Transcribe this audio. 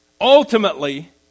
Ultimately